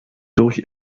durch